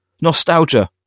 nostalgia